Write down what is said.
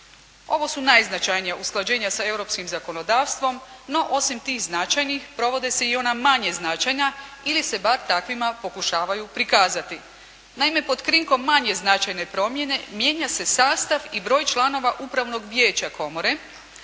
Ovo su najznačajnija usklađenja sa europskim zakonodavstvom, no osim tih značajnih provode se i ona manje značajna ili se bar takvima pokušavaju prikazati. Naime, pod krinkom manje značajne promjene mijenja se sastav i broj članova Upravnog vijeća Komore